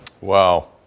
Wow